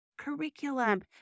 curriculum